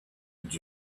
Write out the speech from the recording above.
and